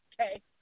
okay